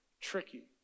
tricky